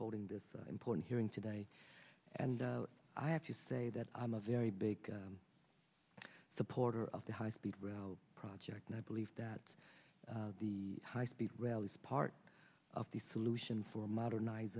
holding this important hearing today and i have to say that i'm a very big supporter of the high speed rail project and i believe that the high speed rail is part of the solution for moderniz